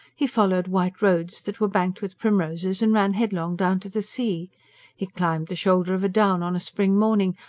he followed white roads that were banked with primroses and ran headlong down to the sea he climbed the shoulder of a down on a spring morning,